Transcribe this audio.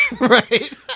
Right